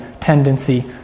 tendency